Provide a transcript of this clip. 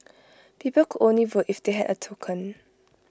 people could only vote if they had A token